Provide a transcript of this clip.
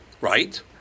Right